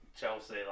Chelsea